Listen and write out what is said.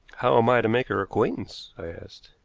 how am i to make her acquaintance? i asked.